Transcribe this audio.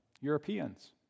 Europeans